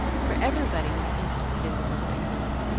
for everybody was interested in the little invalid.